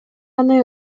аны